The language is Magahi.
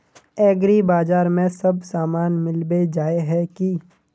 एग्रीबाजार में सब सामान मिलबे जाय है की?